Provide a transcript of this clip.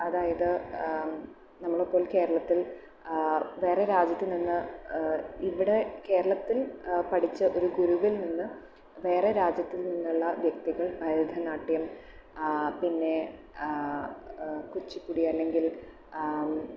അതായത് നമ്മൾ ഇപ്പോൾ കേരളത്തിൽ വേറെ രാജ്യത്ത് നിന്ന് ഇവിടെ കേരളത്തിൽ പഠിച്ച ഒരു ഗുരുവിൽ നിന്ന് വേറെ രാജ്യത്ത് നിന്നുള്ള വ്യക്തികൾ ഭാരതനാട്യം പിന്നേ കുച്ചിപ്പുടി അല്ലെങ്കിൽ